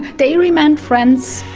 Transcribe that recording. they remained friends.